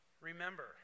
Remember